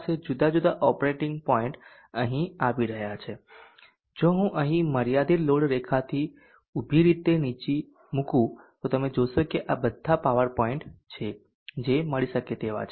અને તમારી પાસે જુદા જુદા ઓપરેટિંગ પોઇન્ટ અહીં આવી રહ્યા છે અને જો હું અહીં મર્યાદિત લોડ રેખાથી ઉભી રીતે નીચે મૂકું તો તમે જોશો કે આ બધા પાવર પોઇન્ટ છે જે મળી શકે તેવા છે